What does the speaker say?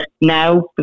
now